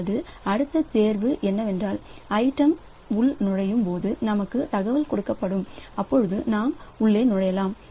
அல்லது அடுத்த தேர்வு என்னவென்றால் ஐட்டம் உள் நுழையும் போது நமக்கு தகவல் கொடுக்கப்படும் அப்பொழுது நாம் உள்ளே நுழையலாம்